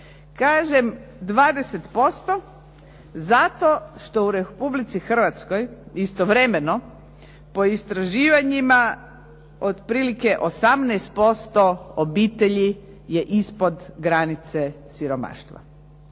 Kaže 20% zato što u Republici Hrvatskoj istovremeno po istraživanjima od otprilike 18% obitelji je ispod granice siromaštva